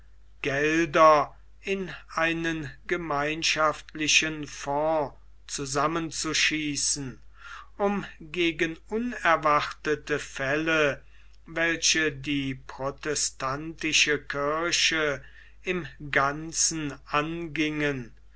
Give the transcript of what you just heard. gelder in einen gemeinschaftlichen fond zusammenzuschießen um gegen unerwartete fälle welche die protestantische kirche im ganzen angingen